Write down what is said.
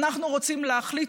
אנחנו רוצים להחליט,